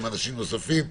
עם אנשים נוספים,